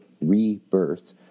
rebirth